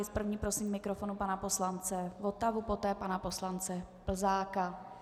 S první prosím k mikrofonu pana poslance Votavu, poté pana poslance Plzáka.